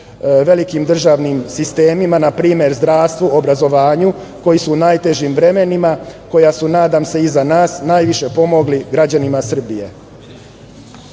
velikim državnim sistemima, na primer, zdravstvu, obrazovanju koji su u najtežim vremenima, koja su, nadam se, iza nas, najviše pomogli građanima Srbije.Za